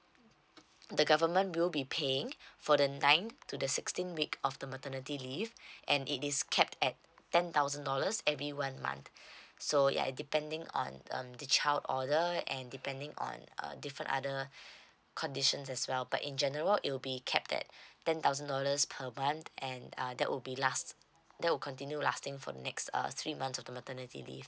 the government will be paying for the nine to the sixteen week of the maternity leave and it is capped at ten thousand dollars every one month so ya it depending on um the child order and depending on uh different other conditions as well but in general it'll be capped that ten thousand dollars per month and uh that will be last that will continue lasting for the next uh three months of the maternity leave